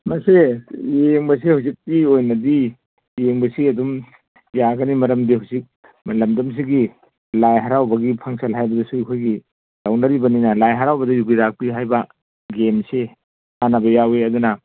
ꯃꯁꯦ ꯌꯦꯡꯕꯁꯦ ꯍꯧꯖꯤꯛꯀꯤ ꯑꯣꯏꯅꯗꯤ ꯌꯦꯡꯕꯁꯤ ꯑꯗꯨꯝ ꯌꯥꯒꯅꯤ ꯃꯔꯝꯗꯤ ꯍꯧꯖꯤꯛ ꯂꯝꯗꯝꯁꯤꯒꯤ ꯂꯥꯏ ꯍꯥꯔꯥꯎꯕꯒꯤ ꯐꯪꯁꯟ ꯍꯥꯏꯕꯗꯁꯨ ꯑꯩꯈꯣꯏꯒꯤ ꯇꯧꯅꯔꯤꯕꯅꯤꯅ ꯂꯥꯏ ꯍꯥꯔꯥꯎꯕꯗ ꯌꯨꯕꯤ ꯂꯥꯛꯄꯤ ꯍꯥꯏꯕ ꯒꯦꯝꯁꯤ ꯁꯥꯟꯅꯕ ꯌꯥꯎꯏ ꯑꯗꯨꯅ